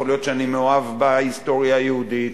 יכול להיות שאני מאוהב בהיסטוריה היהודית,